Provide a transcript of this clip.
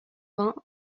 vingt